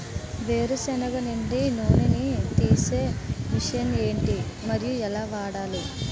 వేరు సెనగ నుండి నూనె నీ తీసే మెషిన్ ఏంటి? మరియు ఎలా వాడాలి?